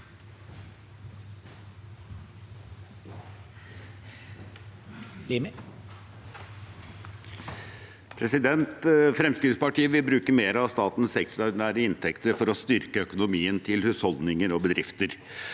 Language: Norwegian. Fremskritts- partiet vil bruke mer av statens ekstraordinære inntekter for å styrke økonomien til husholdninger og bedrifter.